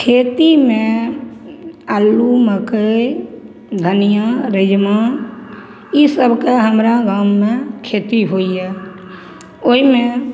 खेतीमे अल्लू मकइ धनियाँ रजमा ईसबके हमरा गाममे खेती होइए ओहिमे